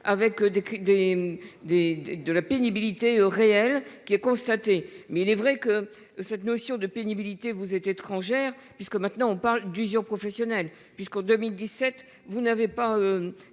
des, de la pénibilité réel qui est constaté. Mais il est vrai que cette notion de pénibilité. Vous êtes étrangère puisque maintenant on parle d'usure professionnelle puisqu'en 2017, vous n'avez pas